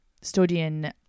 studying